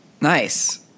Nice